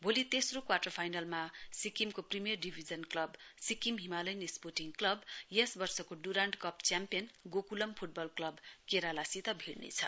भोलि तेस्रो क्वाटर फाइनलमा सिक्किमको premier division club Sikkim Himalayan sporting club यस वर्षको Durand cup championship Gokulam football club केरालासित भिड्नेछ